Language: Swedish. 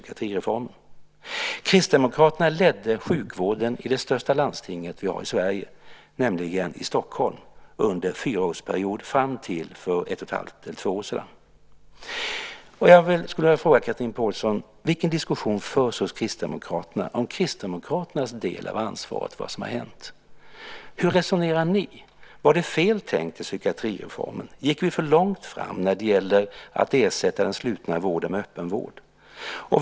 Kristdemokraterna ledde sjukvården i det största landsting vi har i Sverige, nämligen i Stockholm, under en fyraårsperiod fram till för ett och ett halvt år sedan. Jag skulle vilja fråga Chatrine Pålsson: Vilken diskussion förs hos Kristdemokraterna om Kristdemokraternas del av ansvaret för vad som har hänt? Hur resonerar ni? Var det fel tänkt i psykiatrireformen? Gick man för långt när det gäller att ersätta den slutna vården med öppen vård?